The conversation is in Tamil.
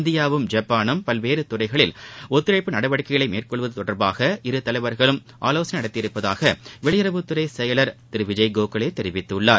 இந்தியாவும் ஜப்பானும் பல்வேறு துறைகளில் ஒத்துழைப்பு நடவடிக்கைகளை மேற்கொள்வது தொடர்பாக இருதலைவர்களும் ஆலோசனை நடத்தியதாக வெளியறவுத்துறை செயலர் திரு விஜய் கோகலே தெரிவித்துள்ளார்